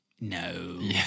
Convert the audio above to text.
no